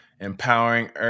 empowering